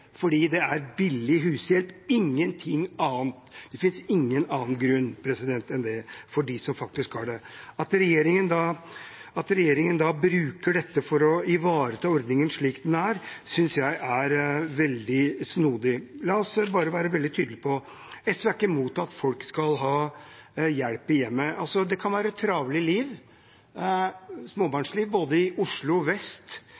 fordi det er billig hushjelp, ingenting annet. Det finnes ingen annen grunn enn det – for dem som faktisk har det. At regjeringen bruker dette for å ivareta ordningen slik den er, synes jeg er veldig snodig. La oss bare være veldig tydelig på at SV ikke er imot at folk skal ha hjelp i hjemmet. Det kan være travle liv, småbarnsliv, både i Oslo vest,